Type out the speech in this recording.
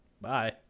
bye